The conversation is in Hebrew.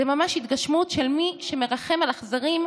זו ממש התגשמות של מי שמרחם על אכזרים,